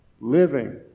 living